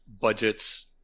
budgets